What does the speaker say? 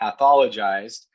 pathologized